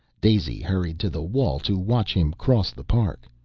daisy hurried to the wall to watch him cross the park.